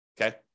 Okay